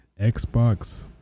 Xbox